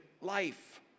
life